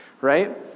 right